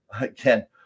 Again